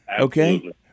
Okay